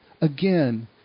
again